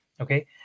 okay